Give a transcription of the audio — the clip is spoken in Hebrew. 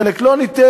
חלק לא ניתן,